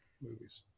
movies